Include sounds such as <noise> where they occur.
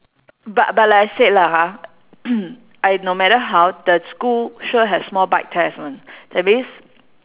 but but like I said lah ha <coughs> I no matter how the school sure have small bite test [one] that's means